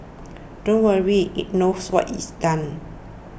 don't worry it knows what it's done